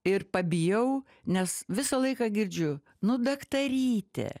ir pabijau nes visą laiką girdžiu nu daktaryte